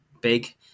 big